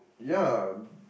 ya